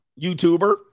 YouTuber